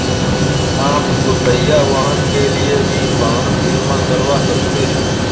आप दुपहिया वाहन के लिए भी वाहन बीमा करवा सकते हैं